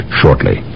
shortly